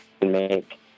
make